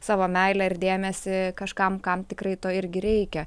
savo meilę ir dėmesį kažkam kam tikrai to irgi reikia